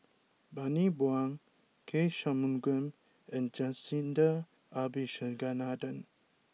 Bani Buang K Shanmugam and Jacintha Abisheganaden